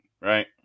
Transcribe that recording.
Right